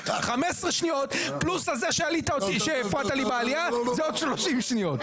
15 שניות פלוס זה שהפרעת לי בעלייה זה עוד 30 שניות.